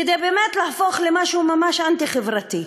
כדי באמת להפוך למשהו ממש אנטי-חברתי,